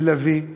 לבבי וסובלני,